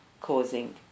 causing